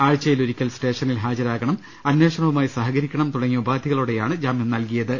ആഴ്ചയിലൊരിക്കൽ സ്റ്റേഷനിൽ ഹാജരാകണം അന്വേഷണവുമായി സഹകരിക്കണം തുടങ്ങിയ ഉപാധികളോടെ യാണ് ജാമ്യം നൽകിയത്